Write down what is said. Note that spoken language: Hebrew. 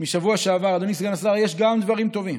מהשבוע שעבר אדוני סגן השר, יש גם דברים טובים,